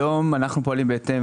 היום אנו פועלים בהתאם